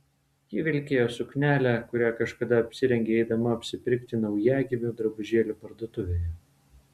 ji vilkėjo suknelę kurią kažkada apsirengė eidama apsipirkti naujagimių drabužėlių parduotuvėje